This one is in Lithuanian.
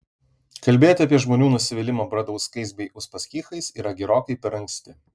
kalbėti apie žmonių nusivylimą bradauskais bei uspaskichais yra gerokai per anksti